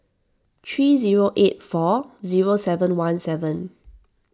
three zero eight four zero seven one seven